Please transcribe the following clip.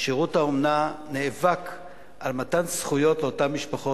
שירות האומנה נאבק על מתן זכויות לאותן משפחות,